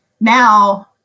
now